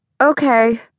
okay